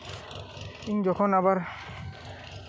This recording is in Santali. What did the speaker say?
ᱤᱧ ᱡᱚᱠᱷᱚᱱ ᱟᱵᱟᱨ